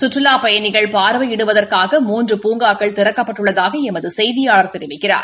சுற்றுலா பயணிகள் பார்வையிடுவதற்காக மூன்று பூங்காக்கள் திறக்கப்பட்டுள்ளதாக எமது செய்தியாளர் தெரிவிக்கிறார்